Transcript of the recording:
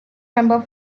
member